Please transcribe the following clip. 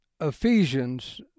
Ephesians